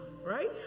Right